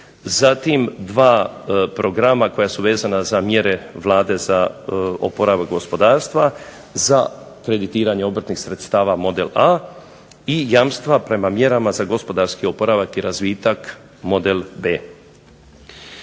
Zatim dva programa koja su vezana za mjere Vlade za oporavak gospodarstva za kreditiranje obrtnih sredstava model A i jamstva prema mjerama za gospodarski oporavak i razvitak model B.